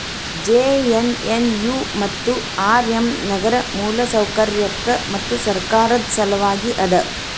JNNU ಮತ್ತು RM ನಗರ ಮೂಲಸೌಕರ್ಯಕ್ಕ ಮತ್ತು ಸರ್ಕಾರದ್ ಸಲವಾಗಿ ಅದ